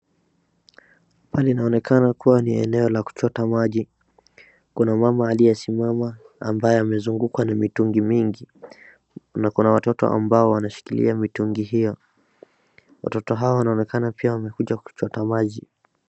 Pale inaonekana kuwa ni eneo la kuchota maji. Kuna mama aliyesimama ambaye amezungukwa na mitungi mingi na kuna watoto ambao wanashikilia mitungi hiyo. Watoto hao wanaonekana pia wamekuja kuchota maji.